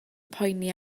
poeni